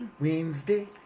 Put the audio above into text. Wednesday